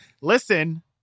Listen